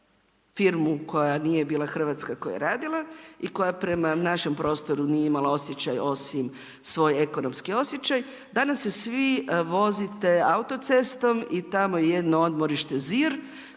firmu koja nije bila hrvatska koja je radila i koja prema našem prostoru nije imala osjećaj osim svoj ekonomski osjećaj danas se svi vozite autocestom i tamo je jedno odmorište Zir